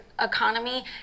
economy